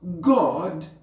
God